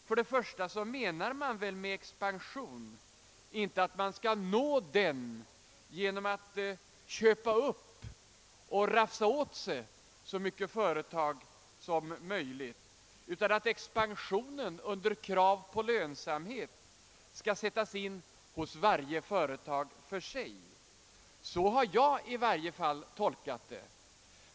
För det första menar man väl inte att expansionen skall nås genom att staten köper upp och rafsar åt sig så många företag som möjligt, utan expansionen skall väl under krav på lönsamhet sättas in hos varje företag för sig. Så har i varje fall jag tolkat detta.